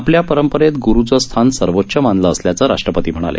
आपल्या परंपरेत गुरुचं स्थान सर्वोच्च मानलं असल्याचं राष्ट्रपती म्हणाले